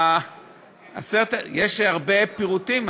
יש הרבה פירוטים,